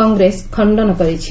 କଂଗ୍ରେସ ଖଣ୍ଡନ କରିଛି